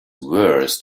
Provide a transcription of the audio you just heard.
worse